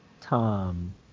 Tom